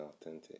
authentic